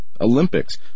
Olympics